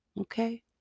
okay